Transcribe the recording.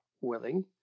willing